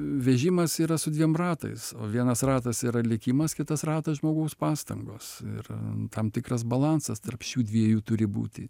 vežimas yra su dviem ratais o vienas ratas yra likimas kitas ratas žmogaus pastangos ir tam tikras balansas tarp šių dviejų turi būti